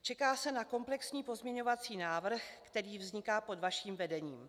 Čeká se na komplexní pozměňovací návrh, který vzniká pod vaším vedením.